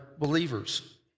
believers